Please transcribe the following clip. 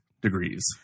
degrees